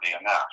enough